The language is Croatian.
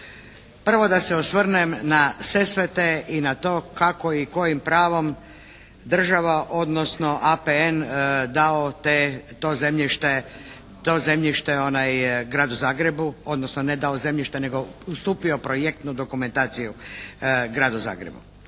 Prvo da se osvrnem na Sesvete i na to kako i kojim pravom država odnosno APN dao to zemljište Gradu Zagrebu odnosno ne dao zemljište, nego ustupio projektnu dokumentaciju Gradu Zagrebu.